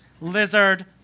Lizard